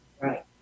Right